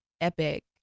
epic